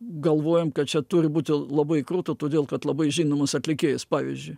galvojam kad čia turi būti labai krūta todėl kad labai žinomas atlikėjas pavyzdžiui